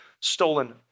stolen